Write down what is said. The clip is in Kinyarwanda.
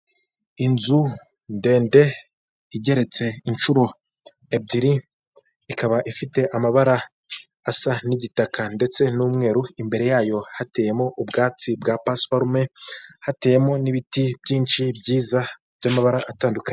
Inzu ndende igeretse inshuro ebyiri, ikaba ifite amabara asa n'igitaka ndetse n'umweru, imbere yayo hateyemo ubwatsi bwa pasiparume, hateyemo n'ibiti byinshi byiza by'amabara atandukanye.